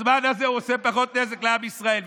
בזמן הזה הוא עושה פחות נזק לעם ישראל.